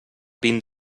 vint